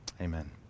Amen